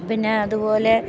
പിന്നെ അതുപോലെ